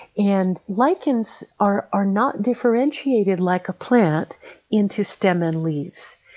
and lichens are are not differentiated like a plant into stem and leaves.